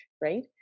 Right